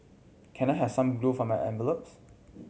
can I have some glue for my envelopes